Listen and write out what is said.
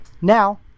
Now